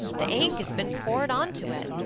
the ink has been poured on to it.